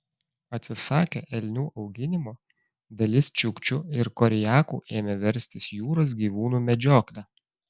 atsisakę elnių auginimo dalis čiukčių ir koriakų ėmė verstis jūros gyvūnų medžiokle